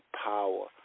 power